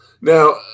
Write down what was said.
Now